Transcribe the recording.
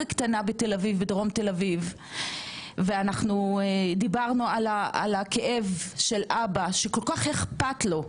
קטנה בדרום תל אביב ואנחנו דיברנו על הכאב של אבא שכל כך אכפת לו,